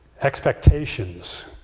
expectations